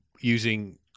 using –